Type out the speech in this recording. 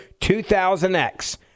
2000x